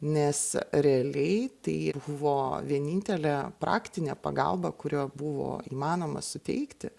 nes realiai tai buvo vienintelė praktinė pagalba kurią buvo įmanoma suteikti